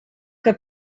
que